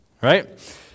Right